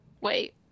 Wait